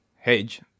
Hedge